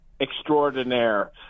extraordinaire